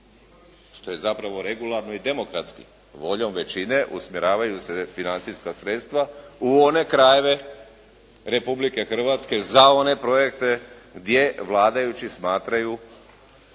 što je zapravo regularno i demokratski, voljom većine usmjeravaju se financijska sredstva u one krajeve Republike Hrvatske za one projekte gdje vladajući smatraju